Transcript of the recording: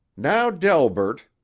now, delbert,